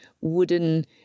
wooden